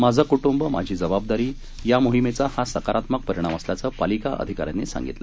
माझं कुटुंब माझी जबाबदारी या मोहिमेचा हा सकारात्मक परिणाम असल्याचं पालिका अधिकाऱ्यांनी सांगितलं